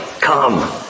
come